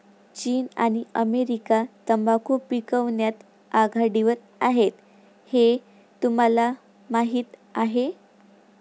चीन आणि अमेरिका तंबाखू पिकवण्यात आघाडीवर आहेत हे तुम्हाला माहीत आहे